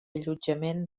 allotjament